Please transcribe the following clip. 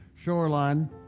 shoreline